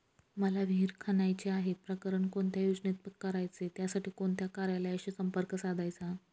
मला विहिर खणायची आहे, प्रकरण कोणत्या योजनेत करायचे त्यासाठी कोणत्या कार्यालयाशी संपर्क साधायचा?